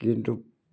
কিন্তু